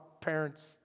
parents